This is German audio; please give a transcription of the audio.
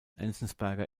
enzensberger